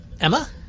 Emma